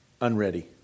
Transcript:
unready